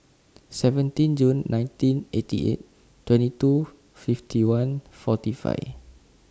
seventeen Jun nineteen eighty eight twenty two fifty one forty five